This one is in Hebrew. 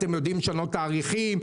אתם יודעים לשנות תאריכים,